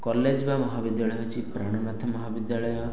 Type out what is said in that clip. college ବା ମହାବିଦ୍ୟାଳୟ ହେଉଛି ପ୍ରାଣନାଥ ମହାବିଦ୍ୟାଳୟ